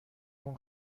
اون